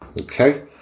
Okay